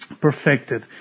Perfected